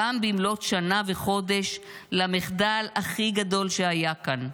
גם במלאת שנה וחודש למחדל הכי גדול שהיה כאן?